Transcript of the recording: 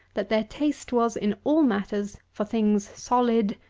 that their taste was, in all matters, for things solid,